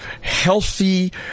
healthy